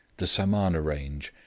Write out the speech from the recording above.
the samana range,